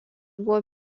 buvo